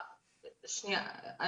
שנייה,